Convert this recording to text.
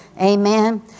Amen